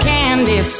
Candy